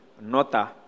Nota